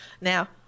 now